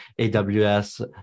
aws